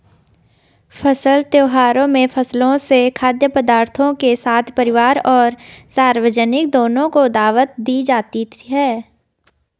फसल त्योहारों में फसलों से खाद्य पदार्थों के साथ परिवार और सार्वजनिक दोनों को दावत दी जाती है